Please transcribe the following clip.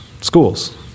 schools